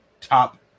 top –